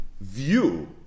view